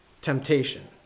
temptation